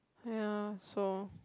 ya so